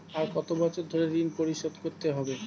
আর কত বছর ধরে ঋণ পরিশোধ করতে হবে?